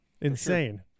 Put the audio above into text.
Insane